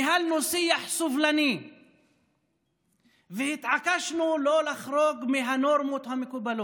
ניהלנו שיח סובלני והתעקשנו שלא לחרוג מהנורמות המקובלות.